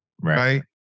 Right